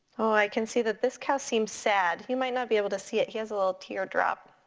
oh i can see that this cow seems sad. you might not be able to see it, he has a little teardrop.